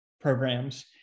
programs